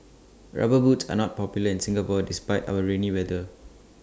rubber boots are not popular in Singapore despite our rainy weather